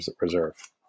Reserve